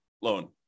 loan